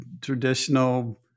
traditional